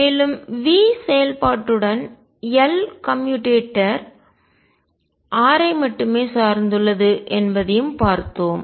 மேலும் V செயல்பாட்டுடன் L commutator r ஐ மட்டுமே சார்ந்துள்ளது என்பதையும் பார்த்தோம்